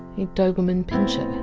a doberman pinscher.